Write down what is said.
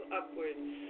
upwards